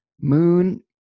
moon